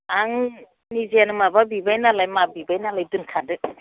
आं निजियानो माबा बिबाय नालाय माफ बिबाय नालाय दोनखादो